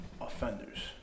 Offenders